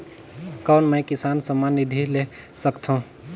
कौन मै किसान सम्मान निधि ले सकथौं?